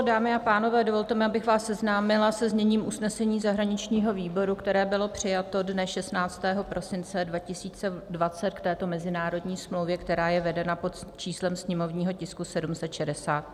Dámy a pánové, dovolte mi, abych vás seznámila se zněním usnesení zahraničního výboru, které bylo přijato dne 16. prosince 2020 k této mezinárodní smlouvě, která je vedena pod číslem sněmovního tisku 760.